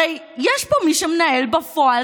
הרי יש פה מי שמנהל בפועל,